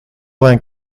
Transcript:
vingt